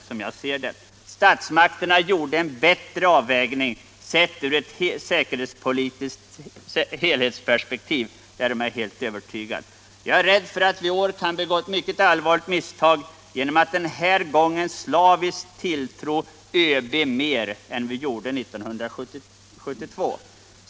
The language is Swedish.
Jag är helt övertygad om att statsmakterna gjorde en bättre avvägning, sett ur ett säkerhetspolitiskt helhetsperspektiv. I år är jag rädd för att vi kan begå ett mycket allvarligt misstag genom att den här gången slaviskt tilltro ÖB mer än statsmakterna gjorde 1972.